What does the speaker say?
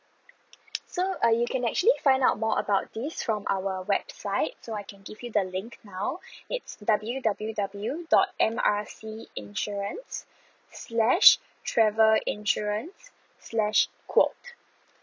so uh you can actually find out more about this from our website so I can give you the link now it's W_W_W dot M R C insurance slash travel insurance slash quote